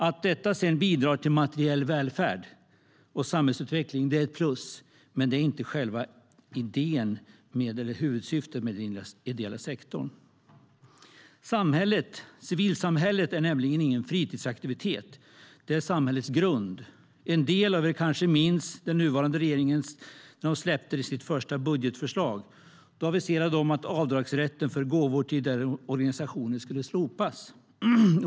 Att detta sedan bidrar till materiell välfärd och samhällsutveckling är ett plus, men det är inte den ideella sektorns huvudsyfte. Civilsamhället är nämligen ingen fritidsaktivitet, utan det är samhällets grund. En del av er kanske minns när den nuvarande regeringen släppte sitt första budgetförslag. De aviserade då att avdragsrätten för gåvor till ideella organisationer skulle slopas.